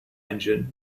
engine